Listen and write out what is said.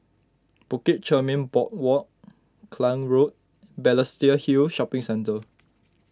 Bukit Chermin Boardwalk Klang Road and Balestier Hill Shopping Centre